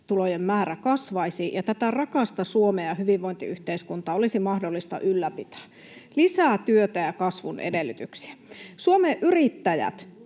verotulojen määrä kasvaisi ja tätä rakasta Suomea ja hyvinvointiyhteiskuntaa olisi mahdollista ylläpitää. Lisää työtä ja kasvun edellytyksiä. Suomen Yrittäjät